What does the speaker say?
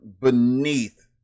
beneath